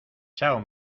chao